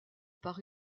par